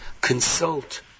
consult